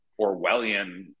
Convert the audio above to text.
Orwellian –